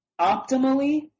optimally